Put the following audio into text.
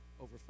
over